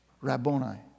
Rabboni